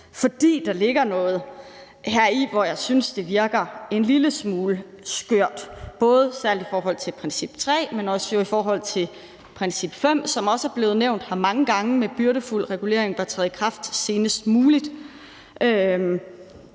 fordi der ligger noget heri, hvor jeg synes, at det virker en lille smule skørt, både i forhold til princip tre, men jo også i forhold til princip fem, som også er blevet nævnt her mange gange, om, at byrdefuld regulering bør træde i kraft senest muligt.